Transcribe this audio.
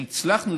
והצלחנו,